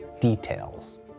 details